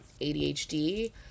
ADHD